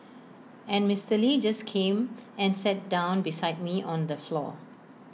and Mister lee just came and sat down beside me on the floor